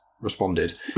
responded